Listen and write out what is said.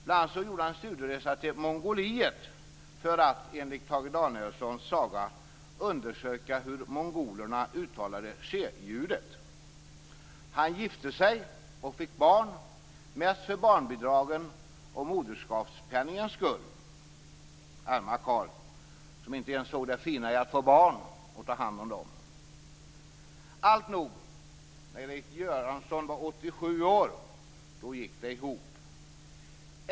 Bl.a. gjorde han en studieresa till Mongoliet för att, enligt Tage Danielssons saga, undersöka hur mongolerna uttalade tj-ljudet. Han gifte sig och fick barn, mest för barnbidragens och moderskapspenningens skull. Arma karl som inte ens såg det fina i att få barn och ta hand om dem. Alltnog, när Erik Göransson var 87 år gick det ihop.